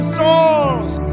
souls